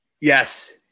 Yes